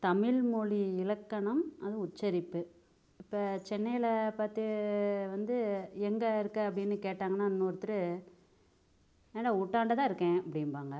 தமிழ்மொழி இலக்கணம் அது உச்சரிப்பு இப்போ சென்னையில பார்த்து வந்து எங்கே இருக்க அப்படின்னு கேட்டாங்கன்னா இன்னொருத்தர் வீட்டாண்ட தான் இருக்கேன் அப்படிம்பாங்க